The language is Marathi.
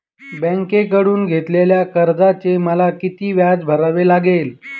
बँकेकडून घेतलेल्या कर्जाचे मला किती व्याज भरावे लागेल?